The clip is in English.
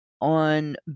on